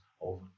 over